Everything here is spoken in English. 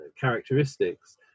characteristics